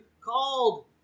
called